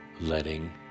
letting